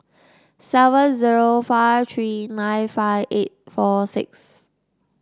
seven zero five three nine five eight six four six